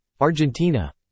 Argentina